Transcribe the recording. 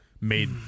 made